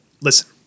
listen